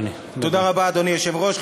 היושב-ראש.